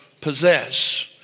possess